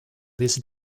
this